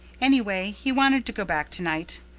anyway, he wanted to go back tonight.